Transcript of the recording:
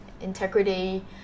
integrity